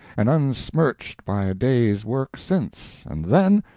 and unsmirched by a day's work since, and then!